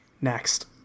Next